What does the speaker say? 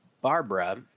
Barbara